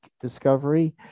Discovery